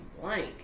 blank